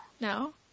No